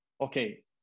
okay